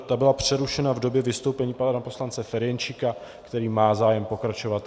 Ta byla přerušena v době vystoupení pana poslance Ferjenčíka, který má zájem pokračovat.